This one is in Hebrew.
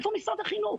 איפה משרד החינוך?